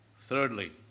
Thirdly